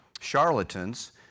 charlatans